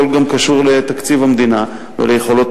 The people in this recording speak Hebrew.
הכול גם קשור לתקציב המדינה וליכולות